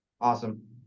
Awesome